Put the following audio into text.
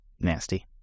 nasty